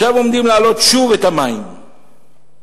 עכשיו עומדים להעלות שוב את מחירי המים.